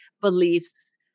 beliefs